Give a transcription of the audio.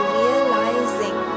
realizing